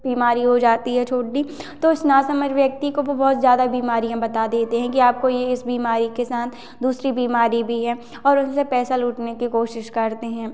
बीमारी हो जाती है छोटी तो उस नासमझ व्यक्ति को भी वो बहुत ज़्यादा बीमारियाँ बता देते हैं कि आपको ये इस बीमारी के साथ दूसरी बीमारी भी है और उनसे पैसा लूटने की कोशिश करते हैं